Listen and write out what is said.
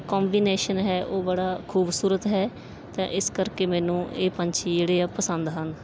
combination ਹੈ ਉਹ ਬੜਾ ਖੂਬਸੂਰਤ ਹੈ ਤਾਂ ਇਸ ਕਰਕੇ ਮੈਨੂੰ ਇਹ ਪੰਛੀ ਜਿਹੜੇ ਆ ਪਸੰਦ ਹਨ